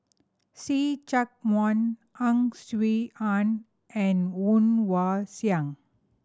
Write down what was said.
See Chak Mun Ang Swee Aun and Woon Wah Siang